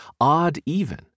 odd-even